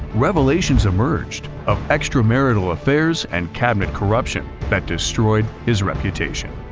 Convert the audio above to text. revelations emerged of extramarital affairs and cabinet corruption that destroyed his reputation.